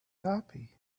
happy